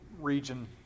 region